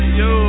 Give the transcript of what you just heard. yo